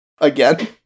again